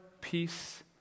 peace